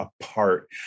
apart